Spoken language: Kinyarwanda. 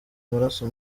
amaraso